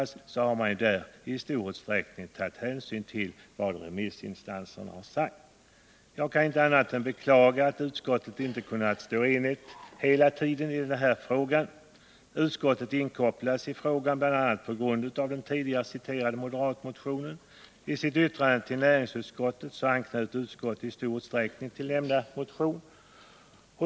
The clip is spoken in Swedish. Utskottsmajoriteten har i båda dessa avseenden i stor utsträckning tagit Nr 44 hänsyn till vad remissinstanserna sagt. Onsdagen den Jag kan inte annat än beklaga att utskottet inte hela tiden kunnat stå enigti 5 december 1979 denna fråga. Utskottet inkopplades på frågan bl.a. på grund av den tidigare citerade moderatmotionen. I sitt yttrande till näringsutskottet anknöt skatteutskottet i stor utsträckning till nämnda motion.